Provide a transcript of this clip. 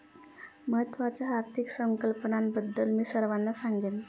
महत्त्वाच्या आर्थिक संकल्पनांबद्दल मी सर्वांना सांगेन